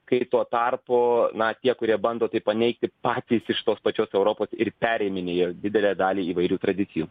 kai tuo tarpu na tie kurie bando tai paneigti patys iš tos pačios europos ir periminėjo didelę dalį įvairių tradicijų